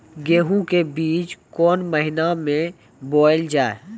गेहूँ के बीच कोन महीन मे बोएल जाए?